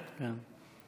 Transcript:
כן.